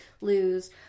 lose